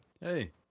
Hey